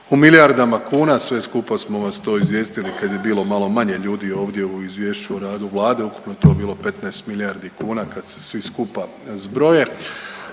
u milijardama kuna, sve skupa smo vas to izvijestili kad je bilo malo manje ljudi ovdje o Izvješću o radu Vlade, ukupno je to bilo 15 milijardi kuna kad se svi skupa zbroje,